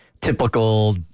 typical